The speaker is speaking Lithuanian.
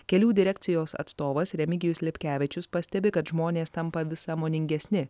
kelių direkcijos atstovas remigijus lipkevičius pastebi kad žmonės tampa vis sąmoningesni